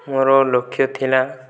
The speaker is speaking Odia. ମୋର ଲକ୍ଷ୍ୟ ଥିଲା